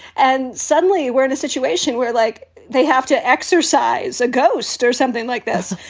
and suddenly we're in a situation where, like they have to exorcise a ghost or something like this.